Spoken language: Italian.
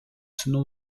sono